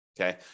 Okay